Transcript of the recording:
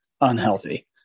unhealthy